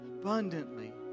abundantly